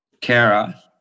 Kara